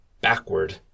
backward